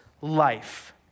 life